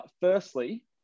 firstly